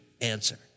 answer